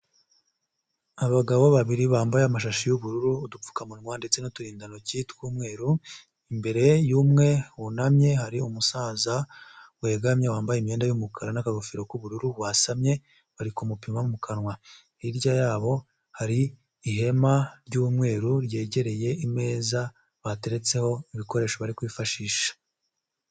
Abagabo babiri bambaye amashashi y'ubururu udupfukamunwa ndetse n'uturindantoki tw'umweru, imbere y'umwe wunamye hari umusaza wegamye wambaye imyenda y'umukara n'akagofero k'ubururu wasamye, bari kumupima mu kanwa, hirya yabo hari ihema ry'umweru ryegereye imeza bateretseho ibikoresho bari kwifashisha.